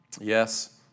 Yes